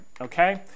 okay